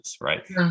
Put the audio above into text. Right